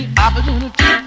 opportunity